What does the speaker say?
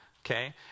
okay